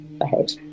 ahead